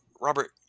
Robert